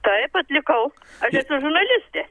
taip atlikau aš esu žurnalistė